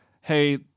hey